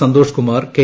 Santhosh Kumar K